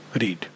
read